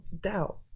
doubt